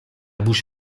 bouche